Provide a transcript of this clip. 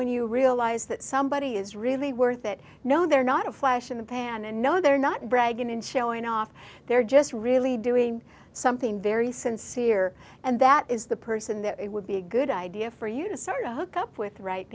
when you realize that somebody is really worth it no they're not a flash in the pan and no they're not bragging and showing off they're just really doing something very sincere and that is the person that it would be a good idea for you to certain hook up with right